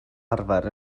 arfer